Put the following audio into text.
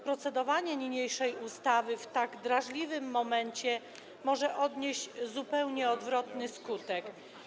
Procedowanie nad niniejszą ustawą w tak drażliwym momencie może przynieść zupełnie odwrotny skutek.